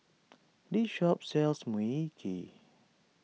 this shop sells Mui Kee